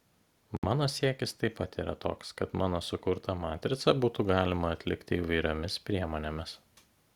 mano siekis taip pat yra toks kad mano sukurtą matricą būtų galima atlikti įvairiomis priemonėmis